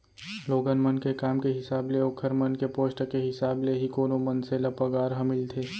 लोगन मन के काम के हिसाब ले ओखर मन के पोस्ट के हिसाब ले ही कोनो मनसे ल पगार ह मिलथे